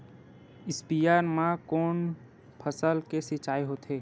स्पीयर म कोन फसल के सिंचाई होथे?